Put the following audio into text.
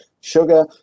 sugar